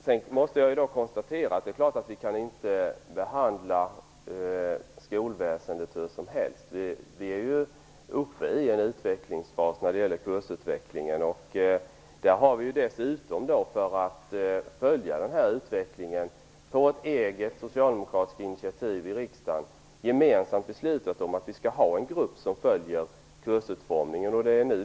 Det är klart att vi inte kan behandla skolväsendet hur som helst. Vi är ju i en utvecklingsfas när det gäller kursutformningen. Riksdagen har dessutom, för att följa utvecklingen, på socialdemokratiskt initiativ beslutat om en grupp som skall följa kursutformningen.